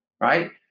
right